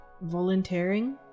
volunteering